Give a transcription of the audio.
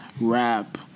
rap